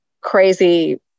crazy